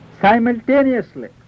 Simultaneously